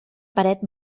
paret